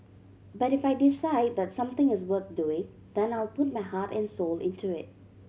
but if I decide that something is worth doing then I'll put my heart and soul into it